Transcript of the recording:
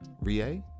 Rie